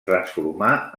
transformà